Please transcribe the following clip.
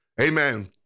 Amen